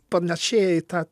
panašiai į tą